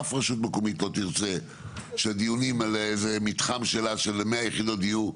אף רשות מקומית לא תרצה שהדיונים על איזה מתחם שלה של 100 יחידות דיור,